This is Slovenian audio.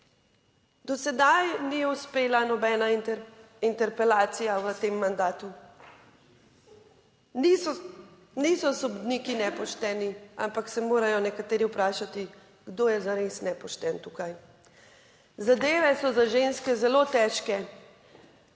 Do sedaj ni uspela nobena interpelacija v tem mandatu. Niso sodniki nepošteni, ampak se morajo nekateri vprašati, kdo je zares nepošten tukaj? Zadeve so za ženske zelo težke,